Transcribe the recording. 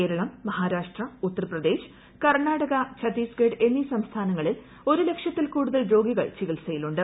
കേരളം മഹാരാഷ്ട്ര ഉത്തർപ്രദേശ് കർണ്ണാടക ഛത്തീസ്ഗഡ് എന്നീ സംസ്ഥാനങ്ങളിൽ ഒരു ലക്ഷത്തിൽ കൂടുതൽ രോഗികൾ ചികിത്സയിലുണ്ട്